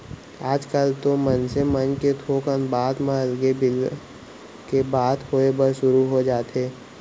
आजकल तो मनसे मन के थोकन बात म अलगे बिलग के बात होय बर सुरू हो जाथे